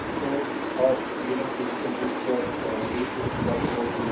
तो और v0 your v को 24 वोल्ट मिला